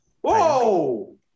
Whoa